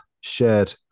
shared